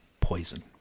Poison